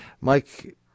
mike